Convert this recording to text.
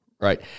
Right